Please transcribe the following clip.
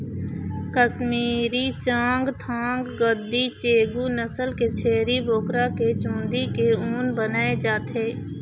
कस्मीरी, चाँगथाँग, गद्दी, चेगू नसल के छेरी बोकरा के चूंदी के ऊन बनाए जाथे